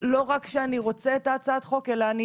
שלא רק שהוא רוצה את הצעת החוק אלא שהוא